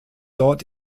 dort